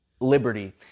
liberty